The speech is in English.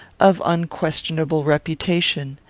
of unquestionable reputation.